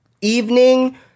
evening